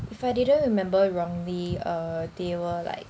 if I didn't remember wrongly uh they were like